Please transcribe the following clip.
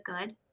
good